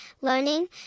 learning